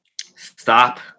stop